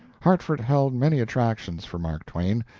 hartford held many attractions for mark twain.